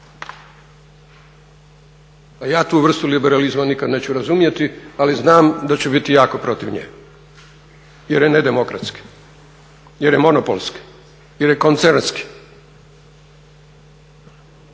Ja tu vrstu liberalizma nikad neću razumjeti, ali znam da ću biti jako protiv nje jer je nedemokratski, jer je monopolski, jer je koncernski.